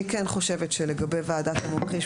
אני כן חושבת שלגבי ועדת המומחים,